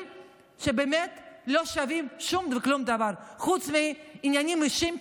שבאמת לא שווים שום דבר חוץ מעניינים אישיים,